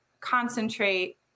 concentrate